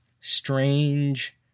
strange